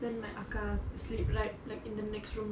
then my akka sleep like like in the next room